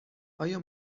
آیا